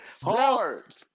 hard